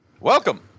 Welcome